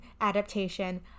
adaptation